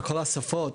בכל השפות,